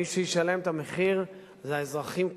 מי שישלם את המחיר זה האזרחים כולם,